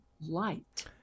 light